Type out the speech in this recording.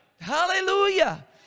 Hallelujah